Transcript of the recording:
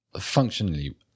functionally